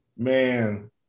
Man